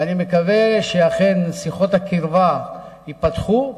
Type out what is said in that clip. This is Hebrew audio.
ואני מקווה שאכן שיחות הקרבה ייפתחו.